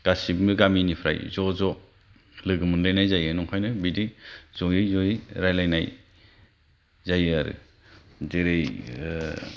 गासिबो गामिनिफ्राय ज' ज' लोगोमोनलायनाय जायो आंखायनो बिदि जयै जयै रायलायनाय जायो आरो जेरै आह